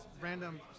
random